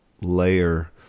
layer